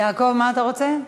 יעקב, מה אתה רוצה?